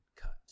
cut